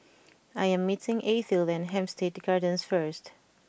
I am meeting Ethyl at Hampstead Gardens first